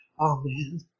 Amen